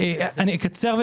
אקצר.